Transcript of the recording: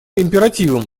императивом